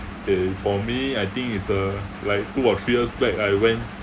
for me I think is uh like two or three years back I went